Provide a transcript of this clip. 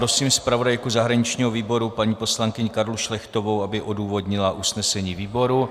Prosím zpravodajku zahraničního výboru paní poslankyni Karlu Šlechtovou, aby odůvodnila usnesení výboru.